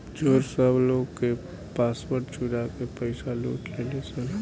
चोर सब लोग के पासवर्ड चुरा के पईसा लूट लेलेन